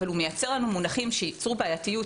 אבל הוא מייצר לנו מונחים שייצרו בעייתיות,